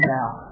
now